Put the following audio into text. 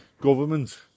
government